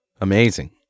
Amazing